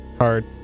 hard